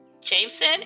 jameson